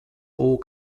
all